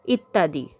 ইত্যাদি